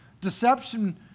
Deception